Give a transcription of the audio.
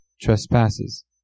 trespasses